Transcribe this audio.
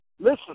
Listen